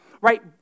Right